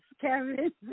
Kevin